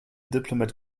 diplomat